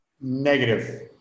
Negative